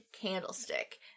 candlestick